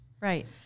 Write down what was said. Right